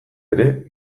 ere